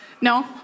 No